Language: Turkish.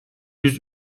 yüz